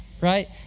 right